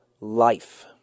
life